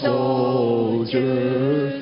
soldiers